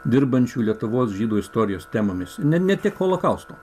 dirbančių lietuvos žydų istorijos temomis ne ne tik holokausto